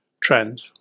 trend